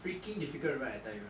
freaking difficult right I tell you